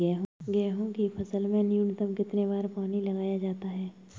गेहूँ की फसल में न्यूनतम कितने बार पानी लगाया जाता है?